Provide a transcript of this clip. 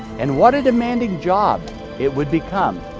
and what a demanding job it would become.